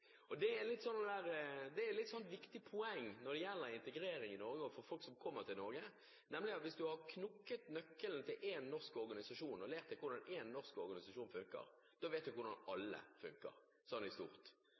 Det er et litt viktig poeng når det gjelder integrering i Norge, og for folk som kommer til Norge, nemlig at hvis du har knekt koden til én norsk organisasjon og lært deg hvordan den funker, vet du hvordan alle funker – sånn i stort.